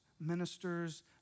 ministers